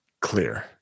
clear